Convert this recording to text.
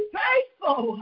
faithful